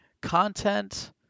Content